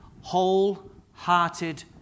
wholehearted